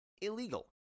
illegal